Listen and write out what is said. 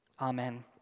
Amen